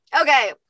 Okay